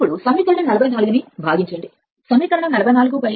ఇప్పుడు సమీకరణం 44 ని భాగించండి సమీకరణం 44 46 సరైనది